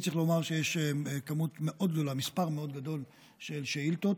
צריך לומר שיש מספר מאוד גדול של שאילתות,